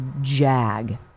jag